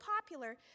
popular